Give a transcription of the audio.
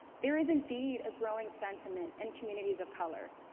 there is indeed a growing sentiment in communities of color.